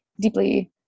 deeply